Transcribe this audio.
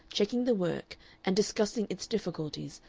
checking the work and discussing its difficulties,